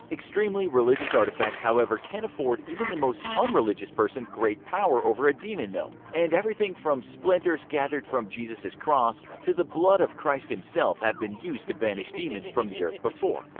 extremely religious artifacts however can afford even the most un-religious person great power over a demon though, and everything from splinters gathered from jesus's cross to the blood of christ himself have been used to banish demons from the earth before.